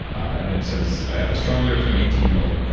and it says i have a strong grip for an eighteen year old.